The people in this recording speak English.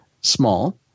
small